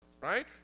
right